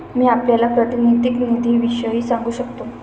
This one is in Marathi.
मी आपल्याला प्रातिनिधिक निधीविषयी सांगू शकतो